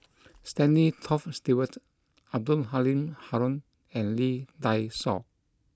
Stanley Toft Stewart Abdul Halim Haron and Lee Dai Soh